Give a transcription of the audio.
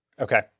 Okay